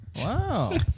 Wow